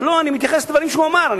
לא, אני מתייחס לדברים שהוא אמר.